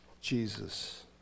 Jesus